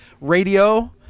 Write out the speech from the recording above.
radio